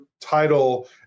title